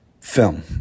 film